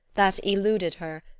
that eluded her,